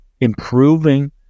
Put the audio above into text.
improving